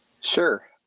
Sure